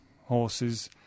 horses